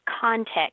context